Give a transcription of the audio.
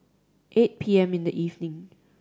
eight P M in the evening